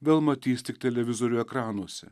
vėl matys tik televizorių ekranuose